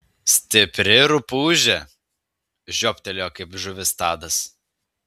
stipri rupūžė žiobtelėjo kaip žuvis tadas